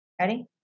Ready